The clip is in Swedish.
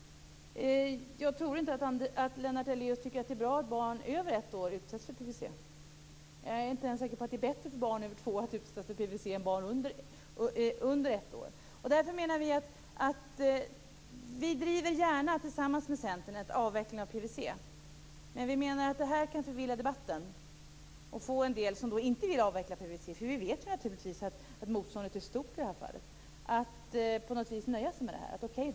Jag tror inte att Lennart Daléus tycker att det är bra att barn över ett år utsätts för PVC. Jag är inte ens säker på att det är bättre för barn över två år att utsättas för PVC än för barn under ett år. Vi driver gärna frågan om avveckling av PVC tillsammans med Centern, men det här kan förvilla debatten. Det kan få en del som inte vill avveckla PVC - vi vet att motståndet är stort i det här fallet - att på något vis nöja sig med det här.